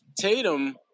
Tatum